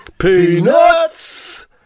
Peanuts